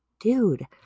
dude